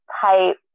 type